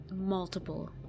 multiple